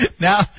Now